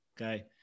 okay